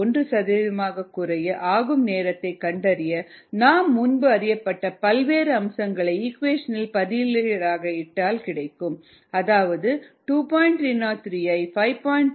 1 சதவீதமாகக் குறைய ஆகும் நேரத்தை கண்டறிய நாம் முன்பு அறியப்பட்ட பல்வேறு அம்சங்களை இக்குவேஷனில் பதிலீடாக இட்டால் கிடைக்கும் அதாவது 2